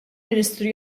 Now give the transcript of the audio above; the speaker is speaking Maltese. ministru